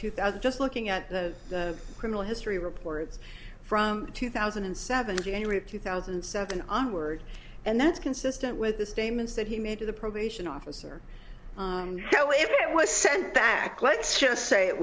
two thousand just looking at the criminal history reports from two thousand and seven january of two thousand and seven onwards and that's consistent with the statements that he made to the probation officer so it was sent back let's just say it